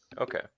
Okay